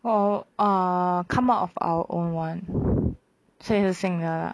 oh err come out of our own one 所以是新的 ah